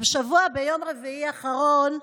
השבוע, ביום רביעי האחרון,